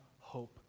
hope